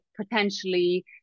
potentially